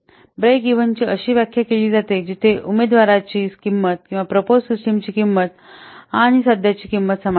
break even ची अशी व्याख्या केली जाते जिथे उमेदवाराची किंमत किंवा प्रपोज सिस्टमची किंमत आणि सध्याची किंमत समान असते